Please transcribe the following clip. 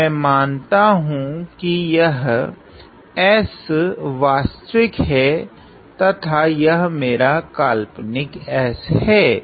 तो मैं मानता हु की यह s वास्तविक हैं तथा यह मेरा काल्पनिक s हैं